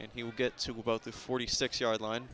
and he would get to about the forty six yard line